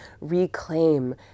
reclaim